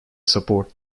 support